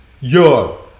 Yo